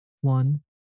One